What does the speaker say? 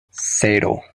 cero